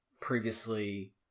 previously